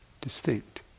distinct